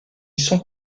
sont